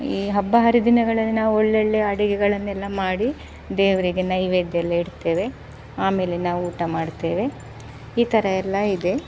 ಈ ಹಬ್ಬ ಹರಿದಿನಗಳಲ್ಲಿ ನಾವು ಒಳ್ಳೊಳ್ಳೆಯ ಅಡುಗೆಗಳನ್ನೆಲ್ಲ ಮಾಡಿ ದೇವರಿಗೆ ನೈವೇದ್ಯ ಎಲ್ಲ ಇಡ್ತೇವೆ ಆಮೇಲೆ ನಾವು ಊಟ ಮಾಡ್ತೇವೆ ಈ ಥರ ಎಲ್ಲ ಇದೆ